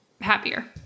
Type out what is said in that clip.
Happier